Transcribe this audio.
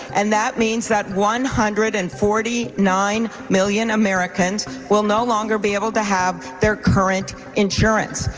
and that means that one hundred and forty nine million americans will no longer be able to have their current insurance.